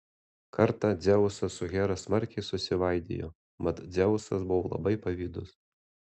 kartą dzeusas su hera smarkiai susivaidijo mat dzeusas buvo labai pavydus